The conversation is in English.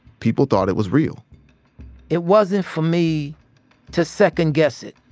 people thought it was real it wasn't for me to second-guess it.